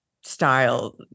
style